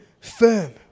firm